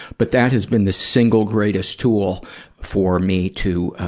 but that has been the single greatest tool for me to